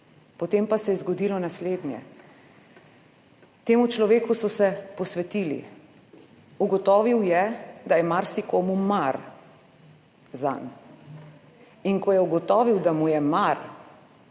potem pa se je zgodilo naslednje. Temu človeku so se posvetili, ugotovil je, da je marsikomu mar zanj. Ko je ugotovil, da jim je mar,